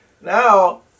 Now